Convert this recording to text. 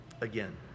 again